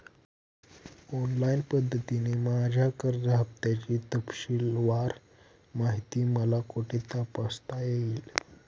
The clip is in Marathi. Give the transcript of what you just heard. ऑनलाईन पद्धतीने माझ्या कर्ज हफ्त्याची तपशीलवार माहिती मला कुठे तपासता येईल?